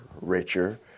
richer